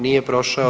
Nije prošao.